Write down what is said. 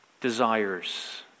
desires